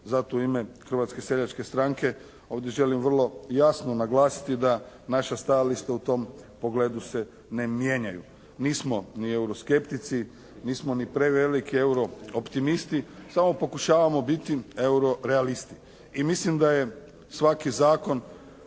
Zato u ime Hrvatske seljačke stranke ovdje želim vrlo jasno naglasiti da naša stajališta u tom pogledu se ne mijenjaju. Nismo ni euro skeptici, nismo ni preveliki euro optimisti, samo pokušavamo biti euro realisti. U mislim da je svaki zakon